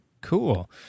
Cool